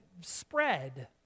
spread